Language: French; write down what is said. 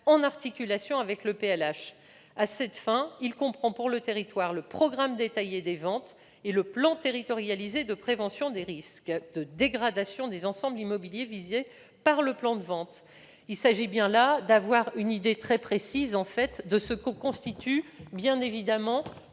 en articulation avec le PLH. À cette fin, il comprend, pour le territoire, le programme détaillé des ventes et le plan territorialisé de prévention des risques de dégradation des ensembles immobiliers visés par le plan de vente. Il s'agit bien évidemment de disposer d'une idée très précise de ce qui constitue le volet